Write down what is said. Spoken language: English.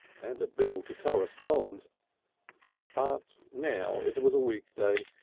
and a bill to correspond but now it was a weekday,